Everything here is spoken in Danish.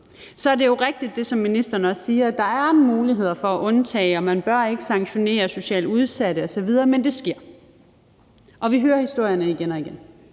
Så er det jo rigtigt, som ministeren også siger, at der er muligheder for at undtage, og at man ikke bør sanktionere socialt udsatte osv. – men det sker. Og vi hører historierne igen og igen,